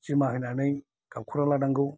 जिमा होनानै गाबखनानै लानांगौ